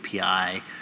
API